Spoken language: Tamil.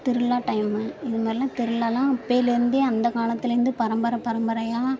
திருவிழா டைம்மு இது மாதிரிலாம் திருவிழாலாம் அப்போலேருந்தே அந்த காலத்துலேருந்து பரம்பரை பரம்பரையாக